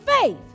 faith